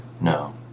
No